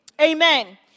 Amen